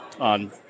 on